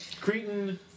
Cretan